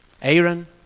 Aaron